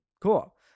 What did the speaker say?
Cool